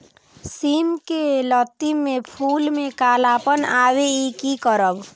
सिम के लत्ती में फुल में कालापन आवे इ कि करब?